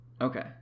okay